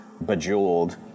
bejeweled